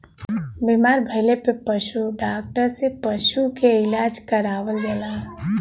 बीमार भइले पे पशु डॉक्टर से पशु के इलाज करावल जाला